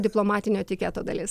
diplomatinio etiketo dalis